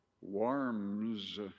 warms